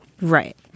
Right